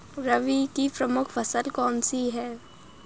रबी की प्रमुख फसल कौन सी है?